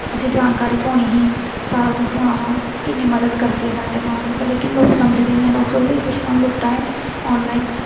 उसी जानकारी थ्होनी ही सारा कुछ होना हा किन्नी मदद करदी ऐ साढ़ी टैक्नोलाजी पर लेकिन लोक समझदे नेईं हैन लोक सोचदे कि एह् किश सानूं लुट्टा दे न आनलाइन